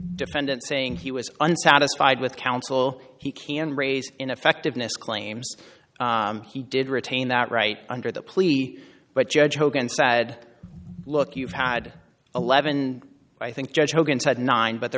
defendant saying he was unsatisfied with counsel he can raise ineffectiveness claims he did retain that right under the plea but judge hogan said look you've had eleven i think judge hogan said nine but the